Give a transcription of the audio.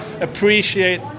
appreciate